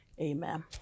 amen